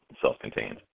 self-contained